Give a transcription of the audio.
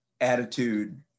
attitude